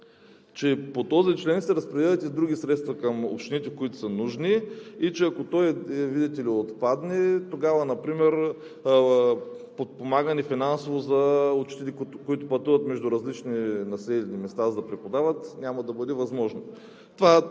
…че по този член се разпределят и други средства към общините, които са нужни, и че ако той, видите ли, отпадне, тогава например финансово подпомагане за учителите, които пътуват между различни населени места, за да преподават, няма да бъде възможно.